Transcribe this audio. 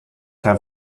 have